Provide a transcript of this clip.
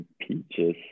Peaches